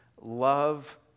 Love